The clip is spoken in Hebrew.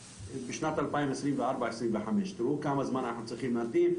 בשנת 2024-2025. תראו כמה זמן אנחנו צריכים להמתין.